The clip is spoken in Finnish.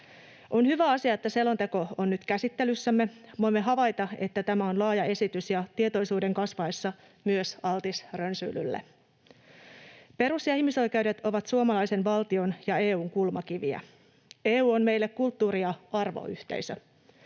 On hyvä asia, että selonteko on nyt käsittelyssämme. Voimme havaita, että tämä on laaja esitys ja tietoisuuden kasvaessa myös altis rönsyilylle. Perus- ja ihmisoikeudet ovat suomalaisen valtion ja EU:n kulmakiviä. EU on meille kulttuuri- ja arvoyhteisö.